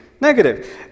negative